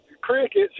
crickets